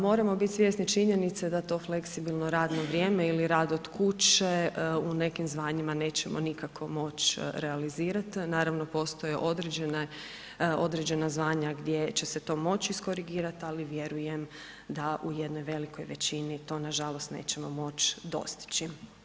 Moramo biti svjesni činjenice da to fleksibilno radno vrijeme ili rad od kuće u nekim zvanjima nećemo nikako moć realizirat, naravno postoje određena zvanja gdje će se to moć iskorigirati, ali vjerujem da u jednoj velikoj većini, to nažalost nećemo moć dostići.